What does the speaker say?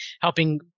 helping